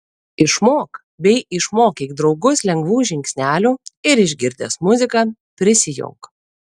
išmok bei išmokyk draugus lengvų žingsnelių ir išgirdęs muziką prisijunk